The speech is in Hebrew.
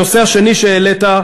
הנושא השני שהעלית,